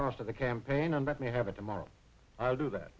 cost of the campaign and that may happen tomorrow i'll do that